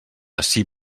ací